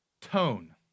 tone